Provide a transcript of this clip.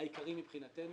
העיקרי מבחינתנו,